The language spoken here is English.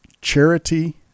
charity